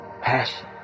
Passion